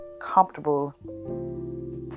comfortable